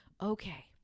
okay